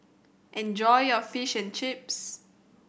enjoy your Fish and Chips